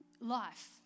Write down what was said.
life